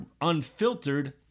unfiltered